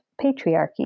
patriarchy